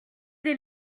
des